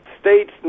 states